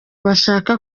bashaka